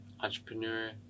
entrepreneur